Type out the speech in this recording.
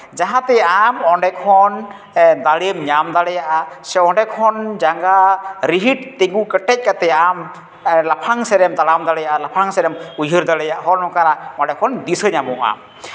ᱡᱟᱦᱟᱸ ᱛᱮ ᱟᱢ ᱚᱸᱰᱮ ᱠᱷᱚᱱ ᱫᱟᱲᱮᱢ ᱧᱟᱢ ᱫᱟᱲᱮᱭᱟᱜᱼᱟ ᱥᱮ ᱚᱸᱰᱮ ᱠᱷᱚᱱ ᱡᱟᱸᱜᱟ ᱨᱤᱦᱤᱴ ᱛᱤᱸᱜᱩ ᱠᱮᱴᱮᱡ ᱠᱟᱛᱮᱜ ᱟᱢ ᱞᱟᱯᱷᱟᱝ ᱥᱮᱱᱮᱢ ᱛᱟᱲᱟᱢ ᱫᱟᱲᱮᱭᱟᱜᱼᱟ ᱞᱟᱯᱷᱟᱝ ᱥᱮᱜ ᱮᱢ ᱩᱭᱦᱟᱹᱨ ᱫᱟᱲᱮᱭᱟᱜ ᱱᱚᱜᱼᱚᱭ ᱱᱚᱝᱠᱟᱱᱟᱜ ᱱᱚᱰᱮ ᱠᱷᱚᱱ ᱫᱤᱥᱟᱹ ᱧᱟᱢᱚᱜᱼᱟ